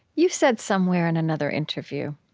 you said somewhere in another interview